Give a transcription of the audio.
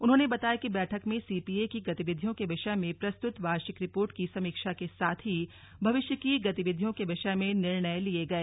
उन्होंने बताया कि बैठक में सीपीए की गतिविधियों के विषय में प्रस्तुत वार्षिक रिपोर्ट की समीक्षा के साथ ही भविष्य की गतिविधियों के विषय में निर्णय लिए गए